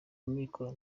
amikoro